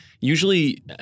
Usually